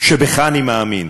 שבך אני מאמין,